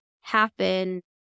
happen